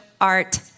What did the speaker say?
art